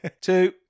Two